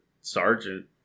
Sergeant